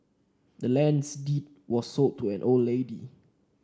the land's deed was sold to the old lady